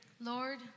Lord